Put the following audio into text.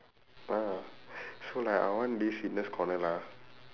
so like I want this fitness corner lah